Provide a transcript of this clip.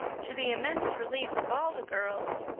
to the immense relief of all the girls,